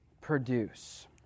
produce